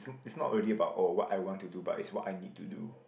it's not really about oh what I want to do but it's what I need to do